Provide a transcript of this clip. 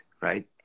right